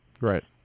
right